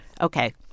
Okay